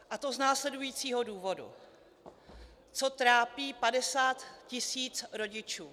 A to z následujícího důvodu: Co trápí 50 tisíc rodičů?